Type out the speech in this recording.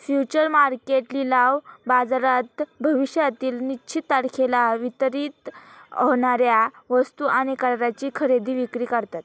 future market लिलाव बाजारात भविष्यातील निश्चित तारखेला वितरित होणार्या वस्तू आणि कराराची खरेदी विक्री करतात